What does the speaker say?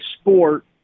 sport